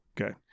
okay